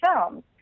films